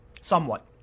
Somewhat